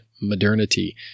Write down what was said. modernity